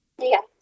Yes